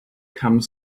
come